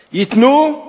"ייתנו,